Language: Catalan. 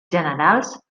generals